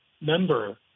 member